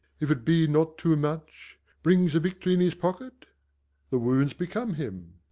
if it be not too much brings a victory in his pocket the wounds become him.